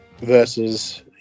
versus